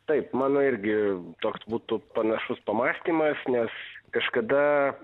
taip mano irgi toks būtų panašus pamąstymas nes kažkada